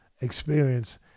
experience